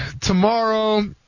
tomorrow